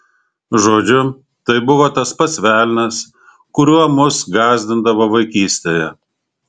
žodžiu tai buvo tas pats velnias kuriuo mus gąsdindavo vaikystėje